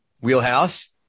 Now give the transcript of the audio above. Wheelhouse